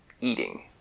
eating